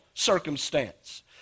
circumstance